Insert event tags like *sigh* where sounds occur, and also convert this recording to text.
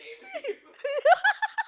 *laughs*